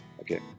Okay